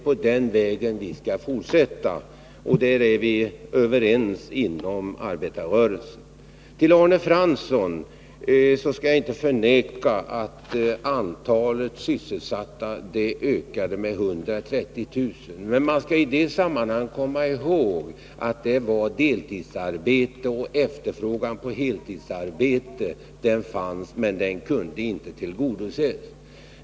På den vägen skall vi fortsätta, därom är vi överens inom arbetarrörelsen. Jag skall inte förneka, Arne Fransson, att antalet sysselsatta ökade med 130 000, men man skall i sammanhanget komma ihåg att det var deltidsarbeten. Efterfrågan på heltidsarbeten fanns, men den kunde inte tillgodoses.